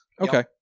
Okay